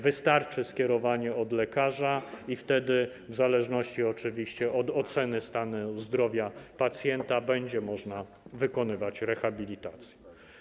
Wystarczy skierowanie od lekarza i wtedy, w zależności oczywiście od oceny stanu zdrowia pacjenta, będzie można prowadzić rehabilitację.